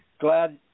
glad